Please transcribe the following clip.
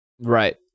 Right